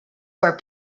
were